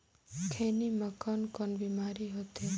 खैनी म कौन कौन बीमारी होथे?